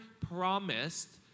promised